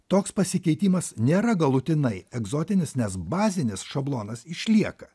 toks pasikeitimas nėra galutinai egzotinis nes bazinis šablonas išlieka